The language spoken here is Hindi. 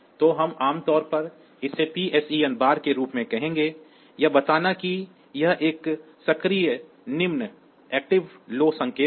तो हम आम तौर पर इसे PSEN बार के रूप में कहेंगे यह बताना कि यह एक सक्रिय निम्न संकेत है